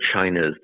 China's